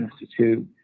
Institute